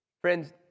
Friends